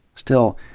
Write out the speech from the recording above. still,